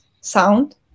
sound